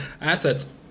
assets